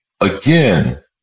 Again